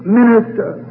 minister